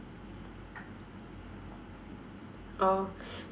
oh